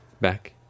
Back